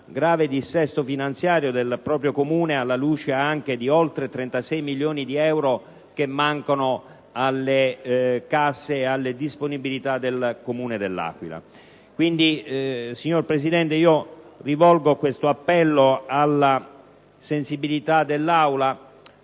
grave dissesto finanziario del proprio Comune, anche alla luce di oltre 36 milioni di euro che mancano alle casse e alle disponibilità del Comune dell'Aquila. Signor Presidente, rivolgo pertanto un appello alla sensibilità dell'Aula.